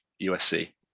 USC